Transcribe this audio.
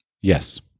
Yes